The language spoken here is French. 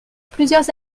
plusieurs